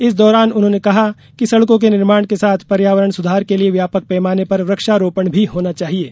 इस दौरान उन्होंने कहा कि सड़कों के निर्माण के साथ पर्यावरण सुधार के लिये व्यापक पैमाने पर वृक्षारोपण भी होना चाहिये